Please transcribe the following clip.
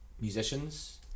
musicians